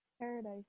Paradise